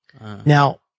Now